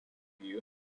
you